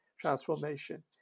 transformation